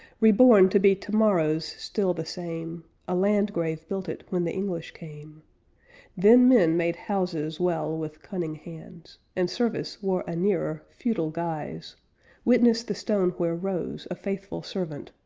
reborn to be tomorrows still the same a landgrave built it when the english came then men made houses well with cunning hands. and service wore a nearer, feudal guise witness the stone where rose, a faithful servant,